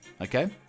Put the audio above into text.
okay